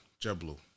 JetBlue